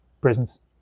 Prisons